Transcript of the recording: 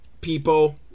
people